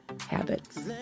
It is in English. habits